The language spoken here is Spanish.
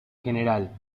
gral